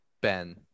Ben